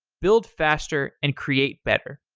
build faster and create better.